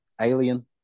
alien